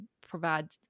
provide